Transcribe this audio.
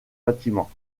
bâtiments